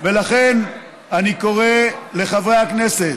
לכן אני קורא לחברי הכנסת,